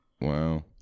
Wow